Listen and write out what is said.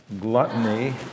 gluttony